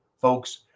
folks